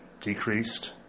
decreased